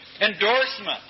Endorsement